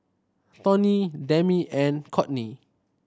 Tony Demi and Courtney